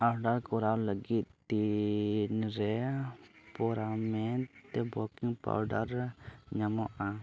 order ᱠᱚᱨᱟᱣ ᱞᱟᱹᱜᱤᱫ ᱛᱤᱱᱨᱮ ᱯᱚᱨᱟᱢᱮᱫ ᱵᱩᱠᱤᱝ ᱯᱟᱣᱰᱟᱨ ᱧᱟᱢᱚᱜᱼᱟ